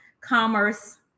Commerce